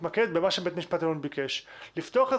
כן סבורים,